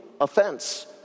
offense